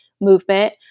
movement